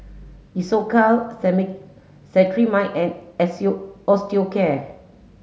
Isocal Cetrimide and Osteocare